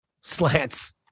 slants